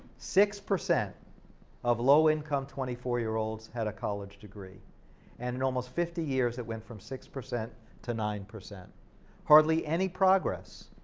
six percent of low-income twenty four year olds had a college degree and in almost fifty years, it went from six percent to nine, hardly any progress.